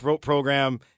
program